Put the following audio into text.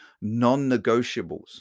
non-negotiables